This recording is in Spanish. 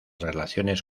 relaciones